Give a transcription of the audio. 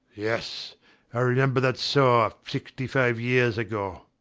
yes i remember that saw sixty-five years ago.